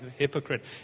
hypocrite